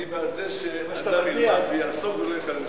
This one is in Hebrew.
אני בעד זה שאדם ילמד ויעסוק, ולא יחלל שבת.